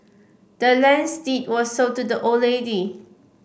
the land's deed was sold to the old lady